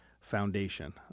foundation